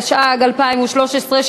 התשע"ג 2013,